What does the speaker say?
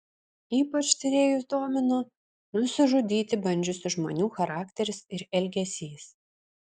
ypač tyrėjus domino nusižudyti bandžiusių žmonių charakteris ir elgesys